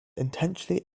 intentionally